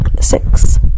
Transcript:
six